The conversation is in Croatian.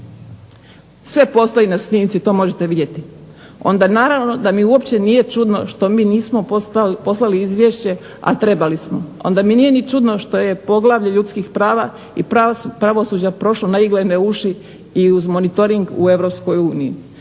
Sve postoji na snimci. To možete vidjeti. Onda naravno da mi uopće nije čudno što mi nismo poslali izvješće, a trebali smo. Onda mi nije ni čudno što je poglavlje ljudskih prava i pravosuđa prošlo na iglene uši i uz monitoring u